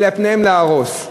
אלא פניהם להרוס.